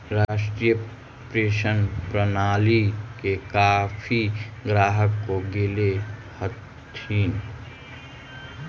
राष्ट्रीय पेंशन प्रणाली के काफी ग्राहक हो गेले हथिन